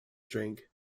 drink